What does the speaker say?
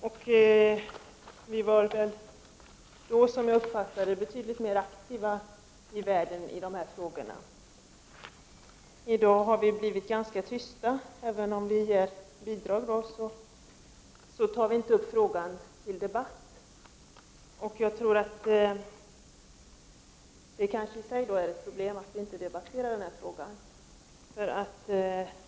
Vi var då, som jag uppfattar det, betydligt mer aktiva i världen beträffande de här frågorna. I dag har vi blivit ganska tysta. Även om vi ger bidrag tar vi inte upp frågorna till debatt. Jag tror att det i sig är ett problem att vi inte debatterar de här frågorna.